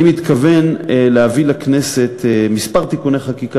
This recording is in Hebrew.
אני מתכוון להביא לכנסת כמה תיקוני חקיקה